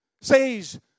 says